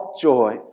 joy